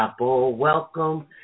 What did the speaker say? Welcome